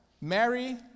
Mary